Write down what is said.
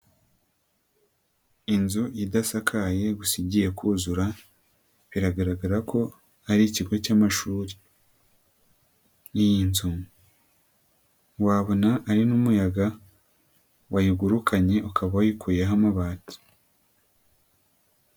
Inzu idasakaye gusa igiye kuzura, biragaragara ko ari ikigo cy'amashuri. Iyi nzu, wabona ari n'umuyaga wayugurukanye ukaba wayikuyeho amabati.